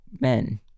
men